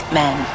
men